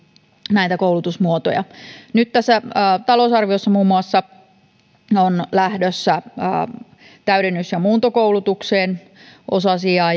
näitä koulutusmuotoja nyt tässä talousarviossa on lähdössä muun muassa täydennys ja muuntokoulutukseen osasia